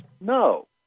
No